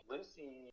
Lucy